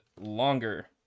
longer